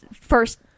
first